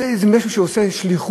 זה איזה מישהו שעושה שליחות